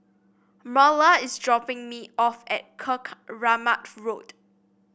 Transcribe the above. Marla is dropping me off at Keramat Road